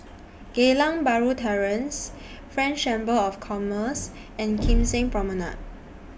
Geylang Bahru Terrace French Chamber of Commerce and Kim Seng Promenade